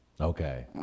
Okay